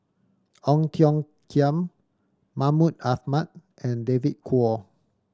Ong Tiong Khiam Mahmud Ahmad and David Kwo